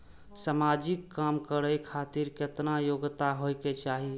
समाजिक काम करें खातिर केतना योग्यता होके चाही?